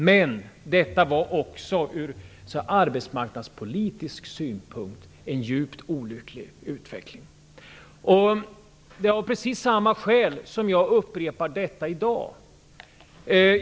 Men detta var också ur arbetsmarknadspolitisk synpunkt en djupt olycklig utveckling. Det är av precis samma skäl som jag upprepar detta i dag.